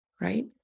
right